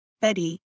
Betty